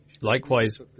Likewise